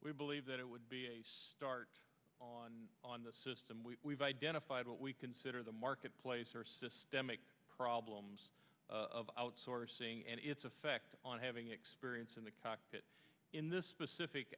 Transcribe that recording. we believe that it would be a start on on the system we have identified what we consider the marketplace or systemic problems of outsourcing and its effect on having experience in the cockpit in this specific